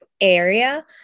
area